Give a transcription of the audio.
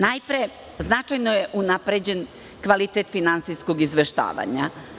Najpre značajno je unapređen kvalitet finansijskog izveštavanja.